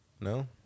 no